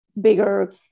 bigger